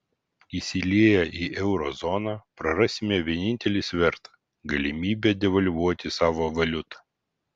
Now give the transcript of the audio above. įsilieję į euro zoną prarasime vienintelį svertą galimybę devalvuoti savo valiutą